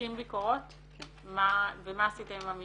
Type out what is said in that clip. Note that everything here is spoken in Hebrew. ומה עשיתם עם הממצאים?